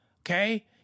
Okay